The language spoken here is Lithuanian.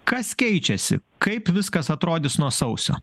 kas keičiasi kaip viskas atrodys nuo sausio